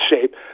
shape